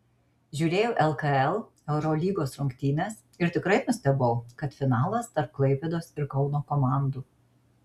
žiūrėjau lkl eurolygos rungtynes ir tikrai nustebau kad finalas tarp klaipėdos ir kauno komandų